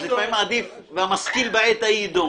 לפעמים עדיף - והמשכיל בעת ההיא יידום.